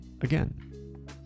again